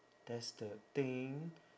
that's the thing